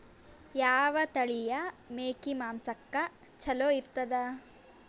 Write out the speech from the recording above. ಯಾವ ತಳಿಯ ಮೇಕಿ ಮಾಂಸಕ್ಕ ಚಲೋ ಇರ್ತದ?